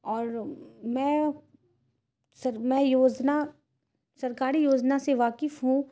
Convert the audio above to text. اور میں سر میں یوجنا سرکاری یوجنا سے واقف ہوں